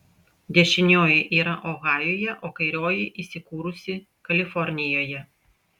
dešinioji yra ohajuje o kairioji įsikūrusi kalifornijoje